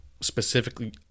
specifically